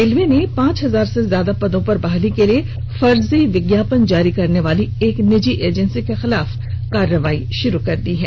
railway ने पांच हजार से ज्यादा पदो पर बहाली के लिए फर्जी विज्ञापन जारी करने वाली एक निजी एजेन्सी के खिलाफ कार्रवाई शुरू कर दी है